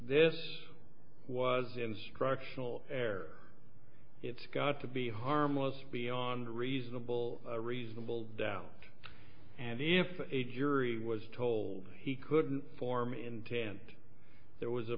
this was instructional air it's got to be harmless beyond reasonable reasonable doubt and if a jury was told he couldn't form intent there was a